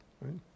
right